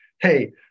hey